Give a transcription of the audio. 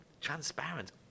transparent